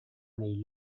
nei